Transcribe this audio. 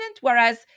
Whereas